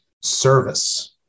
service